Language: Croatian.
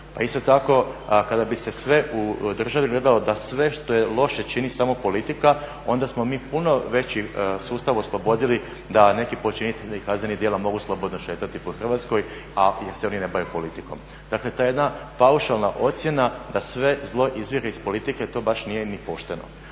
Pa isto tako kada bi se sve u državi gledalo da sve što je loše čini samo politika onda smo mi puno veći sustav oslobodili da neki počinitelji kaznenih djela mogu slobodno šetati po Hrvatskoj jel se oni ne bave politikom. Dakle, ta jedna paušalna ocjena da sve zlo … iz politike, to baš nije ni pošteno.